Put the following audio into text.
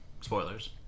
Spoilers